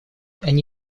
они